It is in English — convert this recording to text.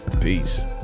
Peace